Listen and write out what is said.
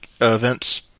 events